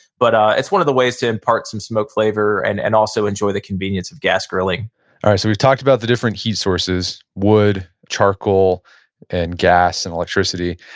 but ah it's one of the ways to impart some smoke flavor and and also enjoy the convenience of gas grilling alright, so we've talked about the different heat sources, wood, charcoal and gas and electricity.